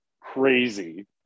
crazy